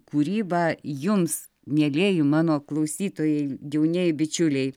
kūrybą jums mielieji mano klausytojai jaunieji bičiuliai